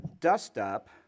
dust-up